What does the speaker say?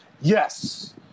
Yes